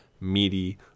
meaty